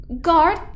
Guard